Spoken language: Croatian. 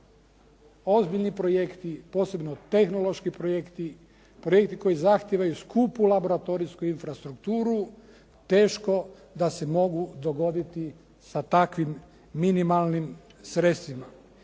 Ozbiljni projekti, posebno tehnološki projekti, projekti koji zahtijevaju skupu laboratorijsku infrastrukturu teško da se mogu dogoditi sa takvim minimalnim sredstvima.